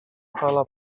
fala